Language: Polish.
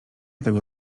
tego